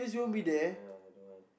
ya ya I don't want